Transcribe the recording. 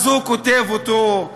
אז הוא כותב אותו,